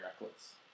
reckless